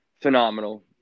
phenomenal